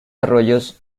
arroyos